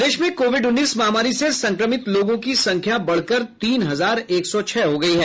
प्रदेश में कोविड उन्नीस महामारी से संक्रमित लोगों की संख्या बढ़कर तीन हजार एक सौ छह हो गयी है